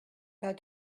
pas